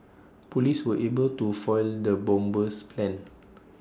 Police were able to foil the bomber's plans